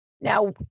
Now